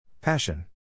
Passion